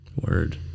Word